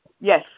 Yes